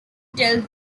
tells